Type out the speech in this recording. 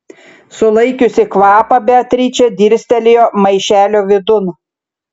sulaikiusi kvapą beatričė dirstelėjo maišelio vidun